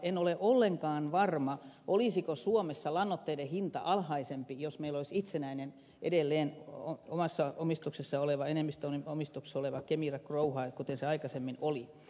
en ole ollenkaan varma olisiko suomessa lannoitteiden hinta alhaisempi jos meillä olisi itsenäinen edelleen omassa omistuksessa oleva enemmistöomistuksessa oleva kemira growhow niin kuin aikaisemmin oli